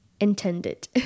Intended